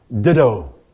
Ditto